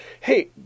Hey